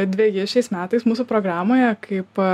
dveji šiais metais mūsų programoje kaip